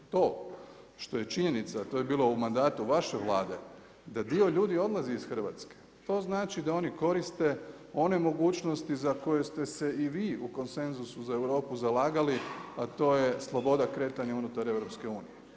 To, što je činjenica a to je bilo u mandatu vaše Vlade da dio ljudi odlazi iz Hrvatske, to znači da oni koriste one mogućnosti za koje ste se i vi u konsenzusu za Europu zalagali a to je sloboda kretanja unutar EU.